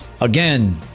Again